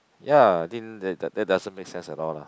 ya think that that doesn't make sense at all lah